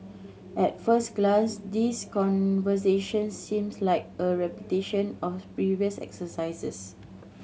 at first glance these conversations seems like a repetition of previous exercises